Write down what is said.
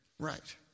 Right